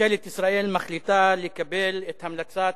ממשלת ישראל מחליטה לקבל את המלצת